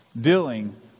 dealing